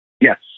Yes